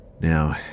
Now